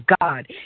God